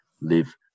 live